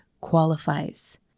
qualifies